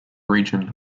region